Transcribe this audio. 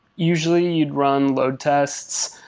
usually you'd run load tests.